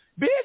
bitch